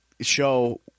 show